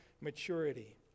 maturity